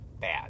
bad